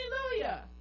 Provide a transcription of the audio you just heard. Hallelujah